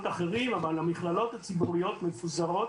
אחרים אבל המכללות הציבוריות מפוזרות